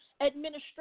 Administration